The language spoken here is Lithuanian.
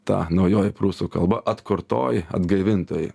ta naujoji prūsų kalba atkurtoji atgaivintoji